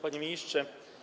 Panie Ministrze!